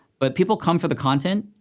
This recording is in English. but people come for the content,